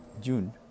June